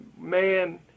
man